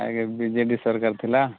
ଆଗେ B J D ସରକାର ଥିଲା